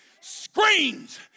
screams